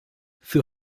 für